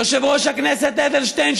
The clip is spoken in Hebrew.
יושב-ראש הכנסת אדלשטיין,